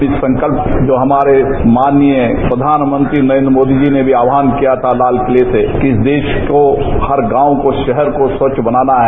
इस संकल्प जो हमारे माननीय प्रधानमंत्री नरेन्द्र मोदी जी ने भी आहवान किया था लाल किले से कि इस देश को हर गांव को शहर को स्वच्छ बनाना है